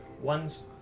One's